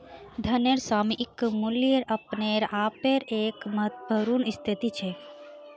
धनेर सामयिक मूल्य अपने आपेर एक महत्वपूर्ण स्थिति छेक